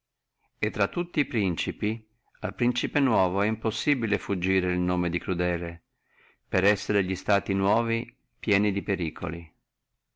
intra tutti e principi al principe nuovo è impossibile fuggire el nome di crudele per essere li stati nuovi pieni di pericoli